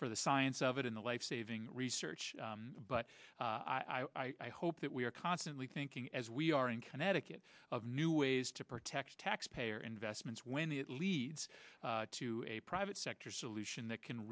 the science of it in the lifesaving research but i hope that we are constantly thinking as we are in connecticut of new ways to protect taxpayer investments when the it leads to a private sector solution that can